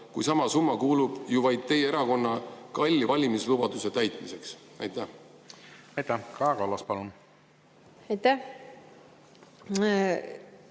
kui sama summa kulub vaid teie erakonna kalli valimislubaduse täitmiseks? Aitäh! Kaja Kallas, palun! Aitäh!